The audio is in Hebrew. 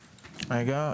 המצגת,